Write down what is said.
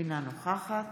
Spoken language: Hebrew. אינה נוכחת